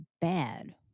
bad